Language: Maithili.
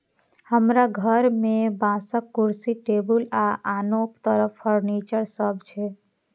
हमरा घर मे बांसक कुर्सी, टेबुल आ आनो तरह फर्नीचर सब छै